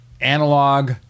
analog